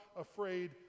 afraid